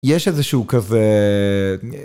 יש איזה שהוא כזה...